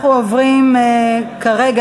אנחנו עוברים כרגע